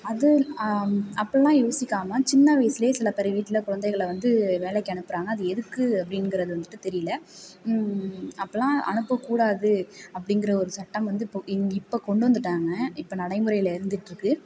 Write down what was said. அது அப்படிலாம் யோசிக்காமல் சின்ன வயசுலேயே சில பேர் வீட்டில் குழந்தைகளை வந்து வேலைக்கு அனுப்புறாங்க அது எதுக்கு அப்படிங்குறது வந்துட்டு தெரியலை அப்படிலாம் அனுப்பக்கூடாது அப்படிங்குற ஒரு சட்டம் வந்து இப்போ இங்கே இப்போ கொண்டு வந்திட்டாங்க இப்போ நடைமுறையில் இருந்துட்டு இருக்கு